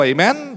Amen